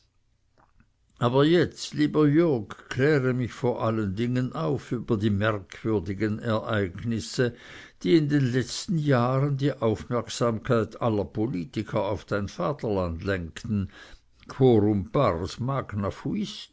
aber jetzt lieber jürg kläre mich vor allen dingen auf über die merkwürdigen ereignisse die in den letzten jahren die aufmerksamkeit aller politiker auf dein vaterland lenkten